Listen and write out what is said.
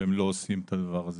והם לא עושים את הדבר הזה.